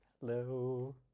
Hello